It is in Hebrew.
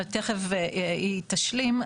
תיכף היא תשלים.